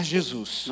Jesus